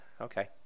Okay